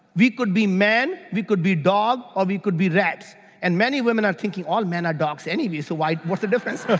we could be man. we could be dog, or we could be rats and many women are thinking, all men are dogs anyway, so like what's the difference